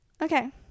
Okay